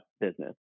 business